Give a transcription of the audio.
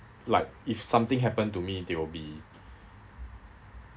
like if something happened to me they will be